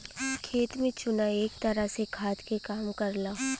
खेत में चुना एक तरह से खाद के काम करला